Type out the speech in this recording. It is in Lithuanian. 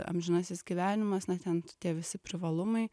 amžinasis gyvenimas na ten tie visi privalumai